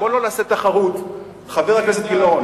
בוא לא נעשה תחרות, חבר הכנסת גילאון.